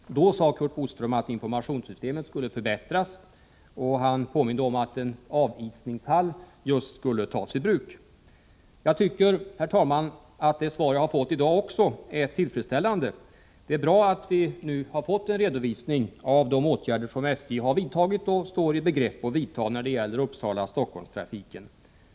Curt Boström sade vid det tillfället att informationssystemet skulle förbättras, och han påminde om att en avisningshall just skulle tas i bruk. Också det svar som jag har fått i dag är tillfredsställande. Det är bra att kommunikationsministern nu har gett oss en redovisning av de åtgärder som SJ har vidtagit och står i begrepp att vidta när det gäller Uppsala-Stockholmtrafiken.